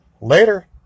Later